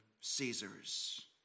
Caesar's